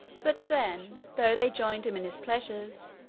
but then, though they joined him in his pleasures,